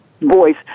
voice